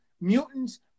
mutants